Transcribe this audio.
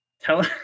Tell